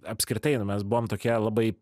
apskritai na mes buvom tokie labai